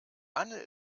anne